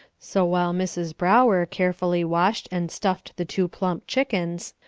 so while mrs. brower carefully washed and stuffed the two plump chickens,